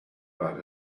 but